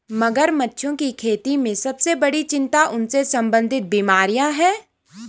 मगरमच्छों की खेती में सबसे बड़ी चिंता उनसे संबंधित बीमारियां हैं?